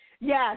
Yes